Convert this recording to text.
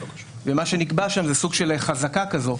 ומה שנקבע שם זה סוג של חזקה כזו,